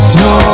no